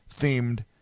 themed